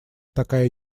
такая